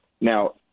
Now